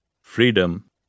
Freedom